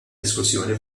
diskussjoni